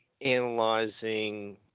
analyzing